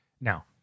Now